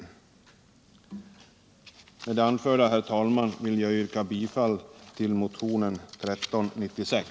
Med det anförda, herr talman, vill jag yrka bifall till motionen 1396.